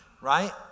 Right